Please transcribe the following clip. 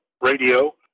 radio